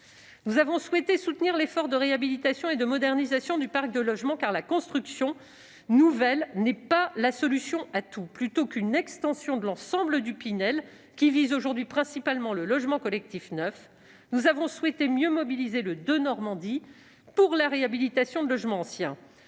nous avons souhaité soutenir l'effort de réhabilitation et de modernisation du parc de logements, car la construction nouvelle n'est pas la solution à tout. Plutôt que d'étendre l'ensemble du dispositif Pinel, qui, aujourd'hui, vise principalement le logement collectif neuf, nous avons souhaité mieux mobiliser le Denormandie pour la réhabilitation de logements anciens.